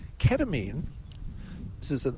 ketamine this is, ah